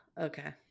Okay